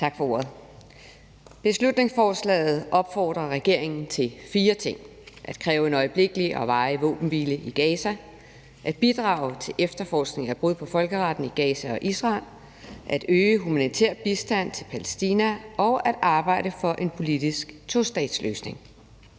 at Folketinget skal opfordre regeringen til at kræve en øjeblikkelig og varig våbenhvile i Gaza, bidrage til efterforskning af brud på folkeretten i Gaza og Israel, øge den humanitære bistand til Palæstina og arbejde for en politisk tostatsløsning